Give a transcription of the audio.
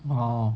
!wow!